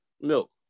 milk